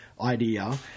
idea